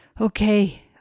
Okay